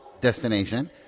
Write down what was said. destination